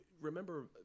Remember